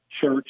church